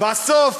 אבל מה בסוף?